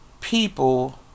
people